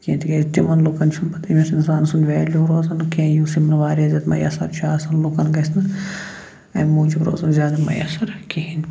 کیٚنٛہہ تِکیٛازِ تِمَن لوٗکن چھُنہٕ پتہٕ تٔمِس اِنسان سُنٛد ویلیٛوٗ روزان کیٚنٛہہ یُس یِمَن واریاہ زیادٕ میسر چھُ آسان لوٗکَن گژھہِ نہٕ اَمہِ موٗجوب روزُن زیادٕ میسر کِہیٖنۍ